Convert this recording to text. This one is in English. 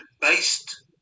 based